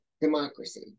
democracy